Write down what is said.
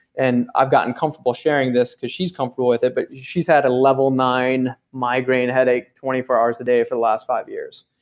and i've gotten comfortable sharing this because she's comfortable with it, but she's had a level nine migraine headache twenty four hours a day for the last five years.